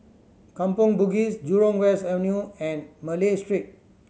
Kampong Bugis Jurong West Avenue and Malay Street